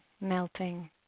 melting